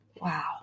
Wow